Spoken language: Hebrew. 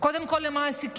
קודם כול למעסיקים,